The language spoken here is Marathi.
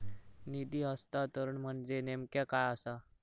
निधी हस्तांतरण म्हणजे नेमक्या काय आसा?